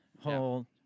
whole